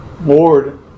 Lord